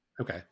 Okay